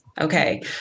okay